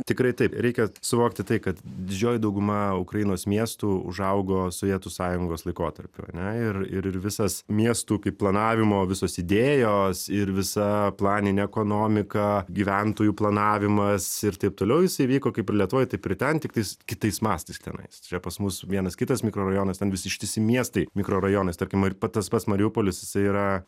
tikrai taip reikia suvokti tai kad didžioji dauguma ukrainos miestų užaugo sovietų sąjungos laikotarpiu ane ir ir ir visas miestų kaip planavimo visos idėjos ir visa planinė ekonomika gyventojų planavimas ir taip toliau jisai vyko kaip ir lietuvoj taip ir ten tiktai kitais mastais tenais čia pas mus vienas kitas mikrorajonas ten visi ištisi miestai mikrorajonais tarkim ir tas pats mariupolis jisai yra